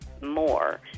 more